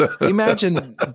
Imagine